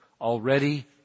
Already